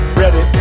ready